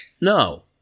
No